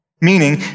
meaning